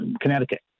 Connecticut